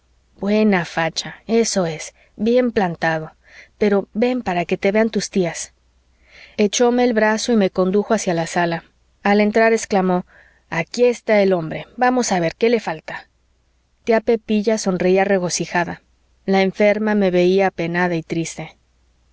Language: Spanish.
buena facha eso es bien plantado pero ven para que te vean tus tías echóme el brazo y me condujo hacia la sala al entrar exclamó aquí está el hombre vamos a ver qué le falta tía pepilla sonreía regocijada la enferma me veía apenada y triste